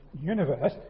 universe